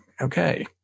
okay